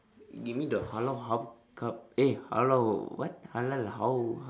you give me the halal hub cub eh halal what halal hao h~